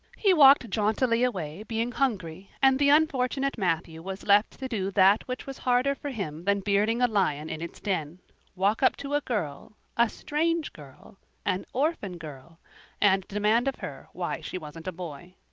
he walked jauntily away, being hungry, and the unfortunate matthew was left to do that which was harder for him than bearding a lion in its den walk up to a girl a strange girl an orphan girl and demand of her why she wasn't a boy.